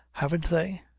haven't they?